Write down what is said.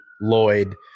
Lloyd